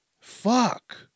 Fuck